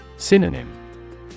Synonym